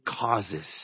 causes